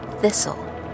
Thistle